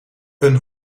een